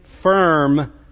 firm